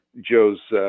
Joe's